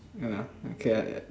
ya lah okay lah